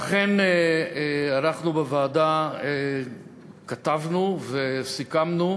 ואכן, אנחנו בוועדה כתבנו וסיכמנו